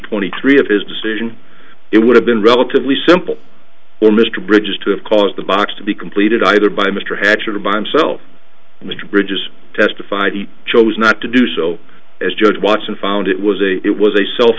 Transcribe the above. twenty three of his decision it would have been relatively simple or mr bridges to have caused the box to be completed either by mr hatch or by himself and mr bridges testified he chose not to do so as judge watch and found it was a it was a self